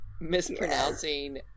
mispronouncing